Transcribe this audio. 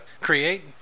create